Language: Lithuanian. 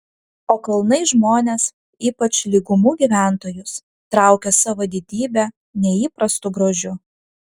o kalnai žmones ypač lygumų gyventojus traukia savo didybe neįprastu grožiu